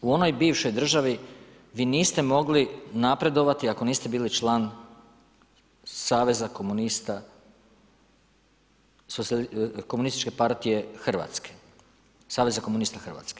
U onoj bivšoj državi, vi niste mogli napredovati ako niste bili član Saveza komunista, Komunističke partije Hrvatske, Saveza komunista Hrvatske.